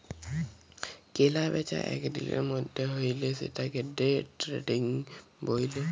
কেলা বেচা এক দিলের মধ্যে হ্যলে সেতাকে দে ট্রেডিং ব্যলে